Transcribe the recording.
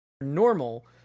normal